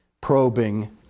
probing